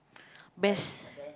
best